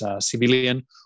civilian